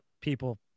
people